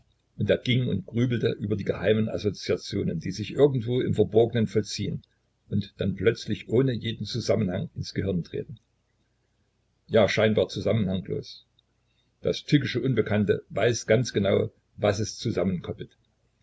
und er ging und grübelte über die geheimen assoziationen die sich irgendwo im verborgenen vollziehen und dann plötzlich ohne jeden zusammenhang ins gehirn treten ja scheinbar zusammenhanglos das tückische unbekannte weiß ganz genau was es